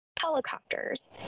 helicopters